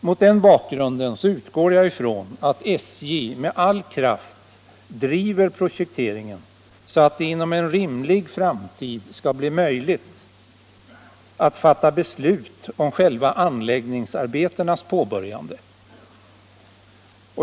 Mot den bakgrunden utgår jag från att SJ med all kraft driver projekteringen, så att det inom en rimlig framtid skall bli möjligt att fatta beslut om själva anläggningsarbetenas påbörjande.